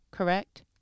correct